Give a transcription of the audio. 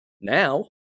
Now